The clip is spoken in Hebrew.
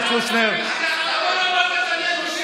עכשיו אני מקריא את השמות.